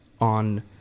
on